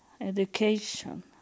education